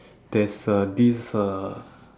there's uh this uh